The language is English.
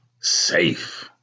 Safe